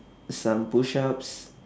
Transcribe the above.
some push ups